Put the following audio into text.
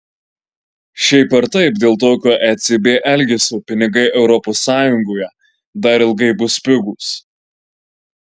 šiaip ar taip dėl tokio ecb elgesio pinigai europos sąjungoje dar ilgai bus pigūs